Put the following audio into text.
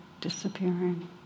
disappearing